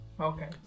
Okay